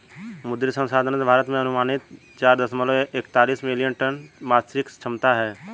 मुद्री संसाधनों से, भारत में अनुमानित चार दशमलव एकतालिश मिलियन टन मात्स्यिकी क्षमता है